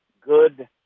good